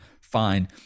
fine